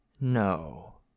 No